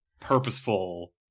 purposeful